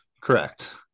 Correct